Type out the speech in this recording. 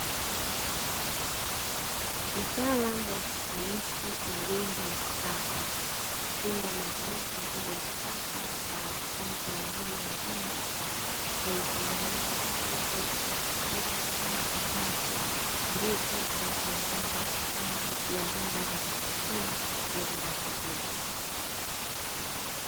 Mtaalamu wa kusanifu majengo ya kisasa, chumba maalumu kwa ajili ya darasa la wanafunzi wa elimu ya juu limetengenezwa vizuri na kufungwa taa ambazo ndizo zinazoongeza uzuri na mandhari ya kuvutia ya darasa hilo.